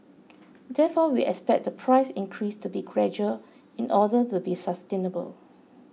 therefore we expect the price increase to be gradual in order to be sustainable